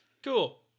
cool